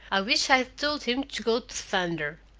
i wish i'd told him to go to thunder.